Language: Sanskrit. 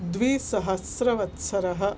द्विसहस्रः वत्सरः